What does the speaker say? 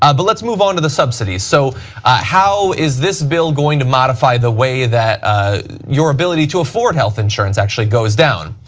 ah but let's move on to the subsidies. so how is this bill going to modify the way that your ability to afford health insurance actually goes down.